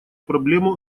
проблему